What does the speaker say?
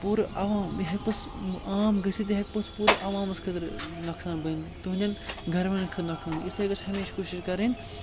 پوٗرٕ عوام یہِ ہیٚکہِ پوٚتُس عام گٔژھِتھ یہِ ہیٚکہِ پوٚتُس پوٗرٕ عوامَس خٲطرٕ نۄقصان بٔنتھ تُہٕنٛدٮ۪ن گَرٕوالٮ۪ن خٲطرٕ نۄقصان اسلیے گژھِ ہمیشہِ کوٗشِش کَرٕنۍ